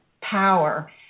power